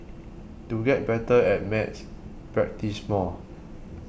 to get better at maths practise more